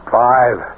five